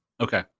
Okay